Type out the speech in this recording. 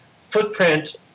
footprint